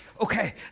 okay